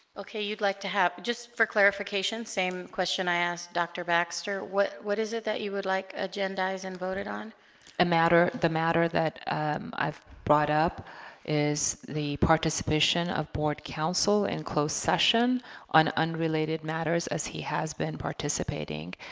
okay you'd like to have just for clarification same question i asked dr. baxter what what is it that you would like agenda and voted on a matter the matter that i've brought up is the participation of board counsel in closed session on unrelated matters as he has been participating